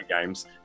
games